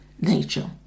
nature